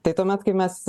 tai tuomet kai mes